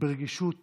ברגישות